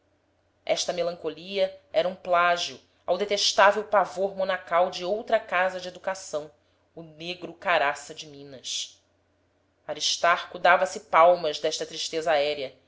esta melancolia era um plágio ao detestável pavor monacal de outra casa de educação o negro caraça de minas aristarco dava-se palmas desta tristeza